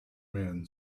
men